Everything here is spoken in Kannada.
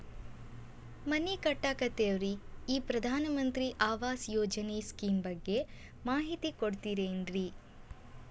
ಮನಿ ಕಟ್ಟಕತೇವಿ ರಿ ಈ ಪ್ರಧಾನ ಮಂತ್ರಿ ಆವಾಸ್ ಯೋಜನೆ ಸ್ಕೇಮ್ ಬಗ್ಗೆ ಮಾಹಿತಿ ಕೊಡ್ತೇರೆನ್ರಿ?